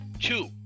Two